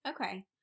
Okay